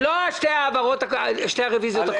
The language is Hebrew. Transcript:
זה לא שתי הרוויזיות הקודמות.